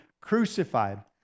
crucified